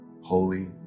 holy